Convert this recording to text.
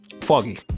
foggy